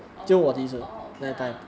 orh orh okay lah